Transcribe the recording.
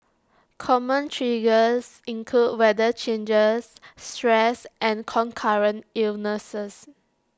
common triggers include weather changes stress and concurrent illnesses